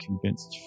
convinced